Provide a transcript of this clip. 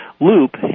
loop